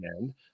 end